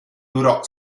durò